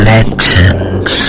Legends